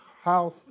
house